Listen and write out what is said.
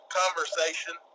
conversation